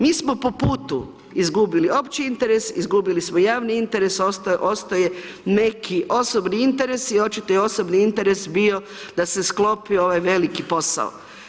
Mi smo po putu izgubili opći interes, izgubili smo javni interes, ostao je neki osobni interes i očito je osobni interes bio da se sklopi ovaj veliki posao.